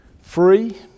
free